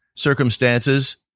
circumstances